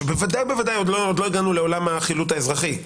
ודאי עוד לא הגענו לעולם החילוט האזרחי.